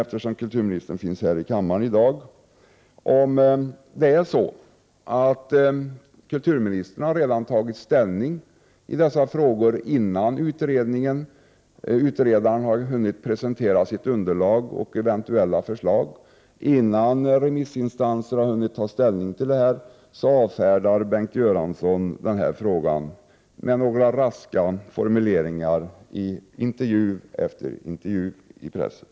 Eftersom kulturministern finns här i kammaren i dag vill jag fråga om han redan har tagit ställning i dessa frågor, alltså innan utredaren hunnit presentera sitt underlag och eventuella förslag. Innan remissinstanserna hunnit ta ställning till detta avfärdar Bengt Göransson frågan med några korta formuleringar i intervju efter intervju i pressen.